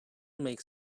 make